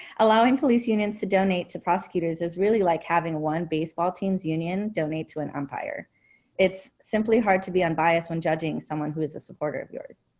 allowing police unions to donate to prosecutors is really like having one baseball teams union donate to an umpire it's simply hard to be unbiased one judging someone who is a supporter of yours.